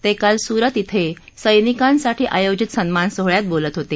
ते काल सूरत इथं सैनिकांसाठी आयोजित सन्मान सोहळ्यात बोलत होते